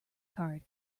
card